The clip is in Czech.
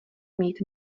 mít